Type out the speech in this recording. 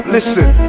Listen